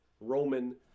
Roman